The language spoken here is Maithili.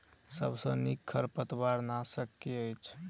सबसँ नीक खरपतवार नाशक केँ अछि?